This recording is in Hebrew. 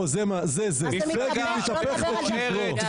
עזוב, מפלגה שאין לה כתב אישום אחד.